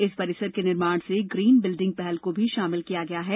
इस परिसर के निर्माण में ग्रीन बिल्डिंग पहल को भी शामिल किया गया है